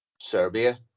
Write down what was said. Serbia